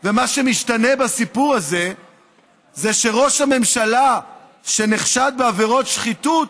מה שמשתנה בסיפור הזה זה שראש הממשלה שנחשד בעבירות שחיתות,